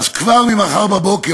"אז כבר ממחר בבוקר",